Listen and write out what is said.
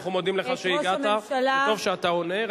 אנחנו מודים לך שהגעת וטוב שאתה עונה.